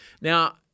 Now